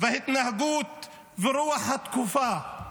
ולהתנהגות ברוח התקופה.